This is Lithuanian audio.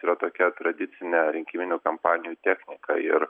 yra tokia tradicinė rinkiminių kampanijų technika ir